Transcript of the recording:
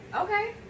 Okay